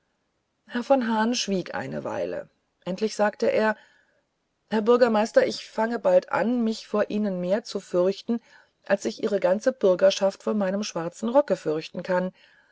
herr von hahn schwieg eine weile endlich sagte er herr bürgermeister ich fange bald an mich vor ihnen mehr zu fürchten als sich ihre ganze bürgerschaft vor meinem schwarzen rock fürchten kann